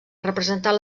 representar